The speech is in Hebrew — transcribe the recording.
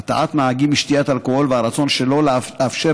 הרתעת נהגים משתיית אלכוהול והרצון שלא לאפשר